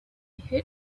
heard